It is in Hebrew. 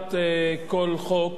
כמעט כל חוק